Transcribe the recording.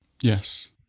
Yes